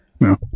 No